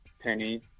Penny